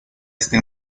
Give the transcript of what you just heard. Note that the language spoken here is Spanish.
esta